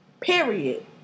Period